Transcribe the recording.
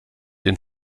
den